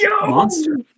monster